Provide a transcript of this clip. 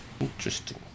interesting